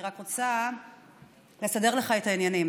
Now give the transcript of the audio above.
אני רק רוצה לסדר לך את העניינים,